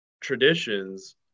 traditions